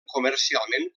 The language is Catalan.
comercialment